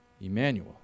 Emmanuel